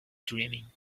dreaming